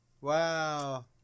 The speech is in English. Wow